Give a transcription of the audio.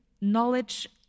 knowledge